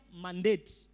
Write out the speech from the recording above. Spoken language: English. mandate